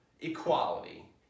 equality